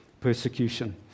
persecution